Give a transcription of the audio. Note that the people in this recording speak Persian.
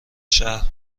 شهر